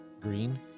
green